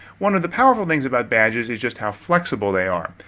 one of the powerful things about badges is just how flexible they are.